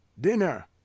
Dinner